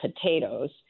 potatoes